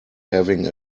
having